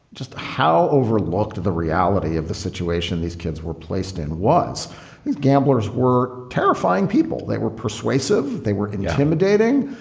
just how overlooked the reality of the situation these kids were placed in was gamblers were terrifying. people that were persuasive. they were intimidating.